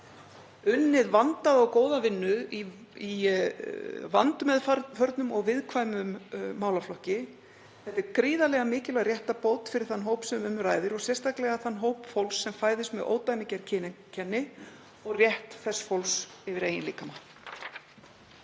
unnið vandaða og góða vinnu í vandmeðförnum og viðkvæmum málaflokki. Þetta er gríðarlega mikilvæg réttarbót fyrir þann hóp sem um ræðir og sérstaklega þann hóp fólks sem fæðist með ódæmigerð kyneinkenni og rétt þess fólks yfir eigin líkama.